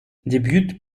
débute